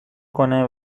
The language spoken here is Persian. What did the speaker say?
کنه